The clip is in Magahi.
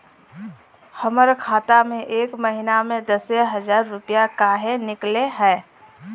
हमर खाता में एक महीना में दसे हजार रुपया काहे निकले है?